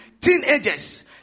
teenagers